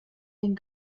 ihren